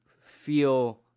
feel